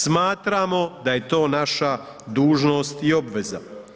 Smatramo da je to naša dužnost i obveza.